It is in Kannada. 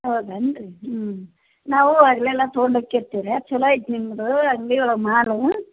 ಹೌದೇನ್ರಿ ಹ್ಞೂ ನಾವು ಅಲ್ಲೆಲ್ಲ ತೊಗೊಂಡು ಹೋಕೈತೀವ್ರಿ ಚಲೋ ಐತೆ ನಿಮ್ದು ಅಂಗಡಿಯೊಳಗೆ ಮಾಲು